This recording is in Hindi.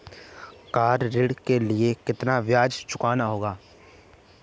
कार ऋण के लिए कितना ब्याज चुकाना होगा?